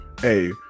Hey